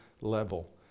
level